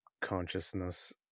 consciousness